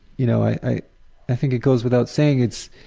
you know, i i think it goes without saying, it's